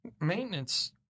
maintenance